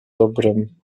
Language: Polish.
dobrem